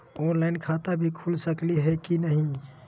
Online खाता भी खुल सकली है कि नही?